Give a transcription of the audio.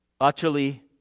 Utterly